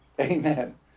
Amen